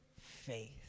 faith